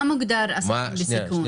איך מוגדרים עסקים בסיכון?